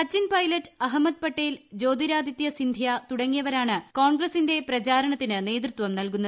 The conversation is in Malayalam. സച്ചിൻ പൈലറ്റ് അഹമ്മദ് പട്ടേൽ ജ്യോതിരാദിത്യ സിന്ധ്യ തുടങ്ങിയവരാണ് കോൺഗ്രസിന്റെ പ്രചാരണത്തിന് നേതൃത്വം നൽകുന്നത്